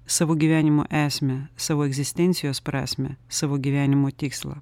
savo gyvenimo esmę savo egzistencijos prasmę savo gyvenimo tikslą